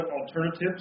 alternatives